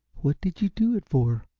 what did you do it for?